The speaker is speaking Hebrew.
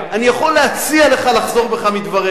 אני יכול להציע לך לחזור בך מדבריך.